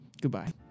goodbye